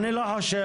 אני לא חושב.